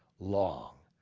long,